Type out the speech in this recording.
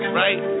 right